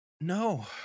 No